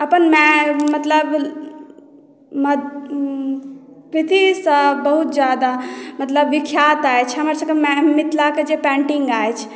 अपन माय मतलब अपन कृतिसँ बहुत ज्यादा मतलब विख्यात अछि हमरसभके मै मिथिलाक जे पेंटिंग अछि